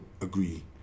agree